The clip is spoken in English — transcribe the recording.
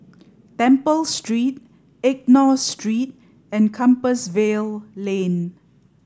Temple Street Enggor Street and Compassvale Lane